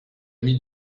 mis